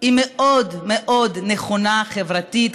היא מאוד מאוד נכונה חברתית,